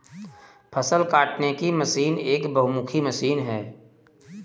फ़सल काटने की मशीन एक बहुमुखी मशीन है